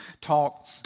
talk